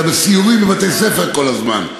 אתה בסיורים בבתי-ספר כל הזמן.